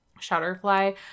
Shutterfly